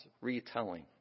retelling